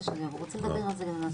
הצבעה בעד ההצעה 4 ההצעה אושרה.